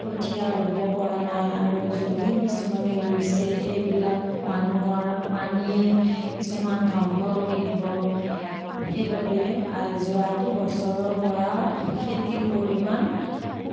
কঠিয়া ৰুব পৰা নাই আৰু যদিও কিছুমানে ৰুইছে সেইবিলাক মানুহৰ পানীয়ে কিছুমান ধ্বংস কৰি দিব সেইবাবে যোৱাটো বছৰৰ পৰা খেতিৰ পৰিমাণ খুব